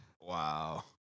Wow